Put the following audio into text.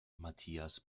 matthias